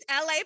LA